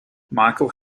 michael